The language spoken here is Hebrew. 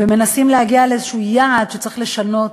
ומנסים להגיע לאיזשהו יעד שצריך לשנות,